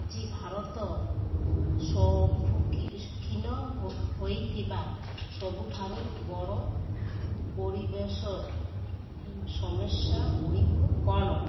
ଆଜି ଭାରତ ସବୁ ଖୀ ଖୀନ ହୋଇଥିବା ସବୁଠାରୁ ବଡ଼ ପରିବେଶ ସମସ୍ୟା ଗୁଡ଼ିକ କ'ଣ